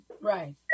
Right